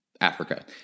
Africa